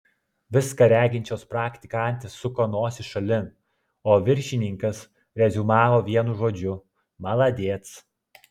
viską reginčios praktikantės suko nosis šalin o viršininkas reziumavo vienu žodžiu maladec